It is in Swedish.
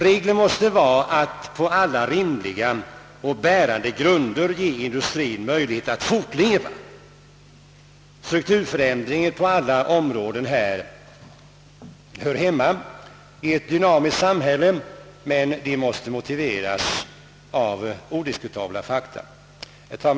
Regeln måste vara att på alla rimliga och bärande grunder ge industrien möjlighet att fortleva. Strukturförändring på alla områden hör hemma i ett dynamiskt samhälle, men den måste motiveras av odiskutabla fakta.